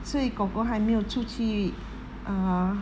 所以 kor kor 还没有出去 uh